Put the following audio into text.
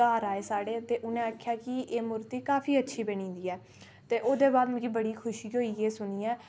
घर आए साढ़े ते उनें आखेआ कि एह् मूर्ती काफी अच्छी बनी दी ऐ ते ओहदे बाद मिगी बडी खुशी होई गेई सुनियै